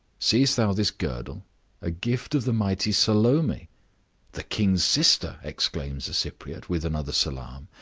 seest thou this girdle a gift of the mighty salome the king's sister! exclaims the cypriote, with another salaam.